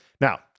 Now